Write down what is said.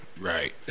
right